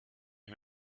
who